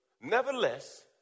Nevertheless